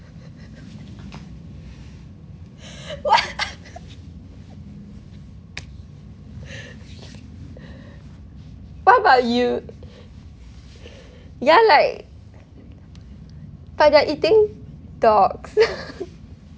what what about you ya like but they're eating dogs